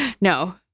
No